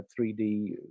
3D